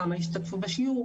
כמה שווה השתתפות בשיעור,